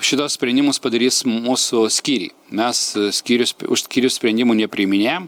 šituos sprendimus padarys mūsų skyriai mes skyrius už skyrius sprendimų nepriiminėjam